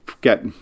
get